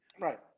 Right